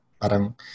Parang